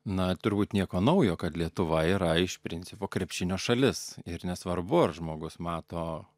na turbūt nieko naujo kad lietuva yra iš principo krepšinio šalis ir nesvarbu ar žmogus mato